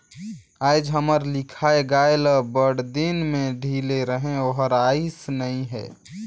आयज हमर लखिया गाय ल बड़दिन में ढिले रहें ओहर आइस नई हे